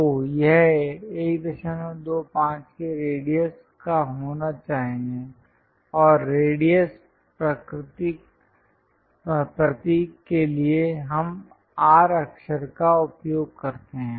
तो यह 125 के रेडियस का होना चाहिए और रेडियस प्रतीक के लिए हम R अक्षर का उपयोग करते हैं